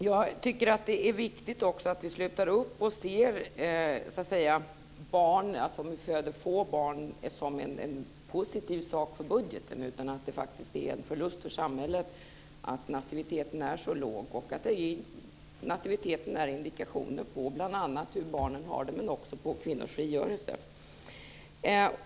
Jag tycker också att det är viktigt att vi slutar att se ett lågt barnafödande som en positiv sak för budgeten, utan inser att det faktiskt är en förlust för samhället att nativiteten är så låg och att nativiteten är en indikation på hur barnen har det men också på kvinnors frigörelse.